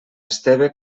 esteve